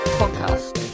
podcast